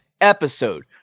episode